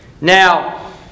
Now